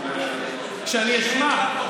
שאני אשמע.